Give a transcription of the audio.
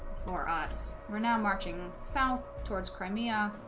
for us we're now marching south towards crimea